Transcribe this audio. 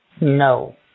No